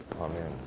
Amen